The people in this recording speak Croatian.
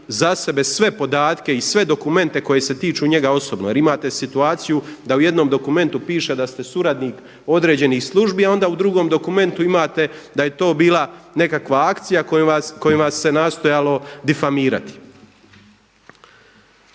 za sebe sve podatke i sve dokumente koje se tiču njega osobno jer imate situaciju da u jednom dokumentu piše da ste suradnik određenih službi, a onda u drugom dokumentu imate da je to bila akcija kojom vas se nastojalo difamirati.